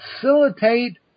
facilitate